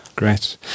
Great